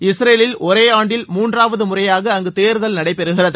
இஸ்ரேலில் ஒரே ஆண்டில் மூன்றாவது முறையாக அங்கு தேர்தல் நடைபெறுகிறது